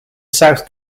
south